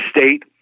State